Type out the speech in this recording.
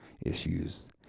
issues